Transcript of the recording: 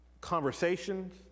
conversations